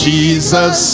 Jesus